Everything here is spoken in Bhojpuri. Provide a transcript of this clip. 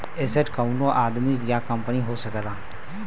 एसेट कउनो आदमी या कंपनी हो सकला